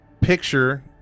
picture